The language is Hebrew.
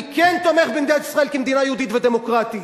אני כן תומך במדינת ישראל כמדינה יהודית ודמוקרטית,